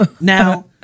Now